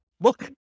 look